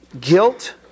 guilt